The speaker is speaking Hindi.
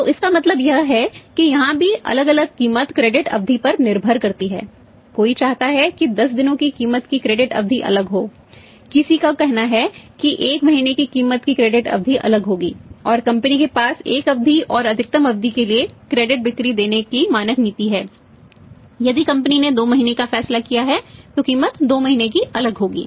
तो इसका मतलब यह है कि यहां भी अलग अलग कीमत क्रेडिट बिक्री देने की मानक नीति है यदि कंपनी ने 2 महीने का फैसला किया है तो कीमत 2 महीने के लिए अलग होगी